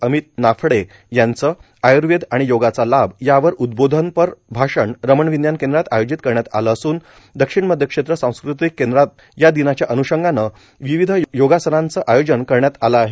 अमित नाफडे यांचं आयुर्वेद आणि योगाचा लाभ यावर उद्बोधनपर भाषण रमण विज्ञान केंद्रात आयोजित करण्यात आलं असून दक्षिण मध्य क्षेत्र सांस्कृतिक केंद्रात या दिनाच्या अन्षगानं विविध योगासनांचं आयोजन करण्यात आलं आहे